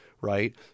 Right